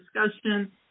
discussion